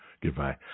Goodbye